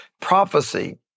prophecy